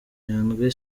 nyandwi